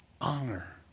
Honor